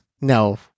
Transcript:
No